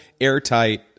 airtight